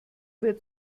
wird